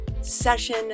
session